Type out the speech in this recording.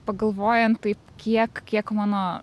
pagalvojant taip kiek kiek mano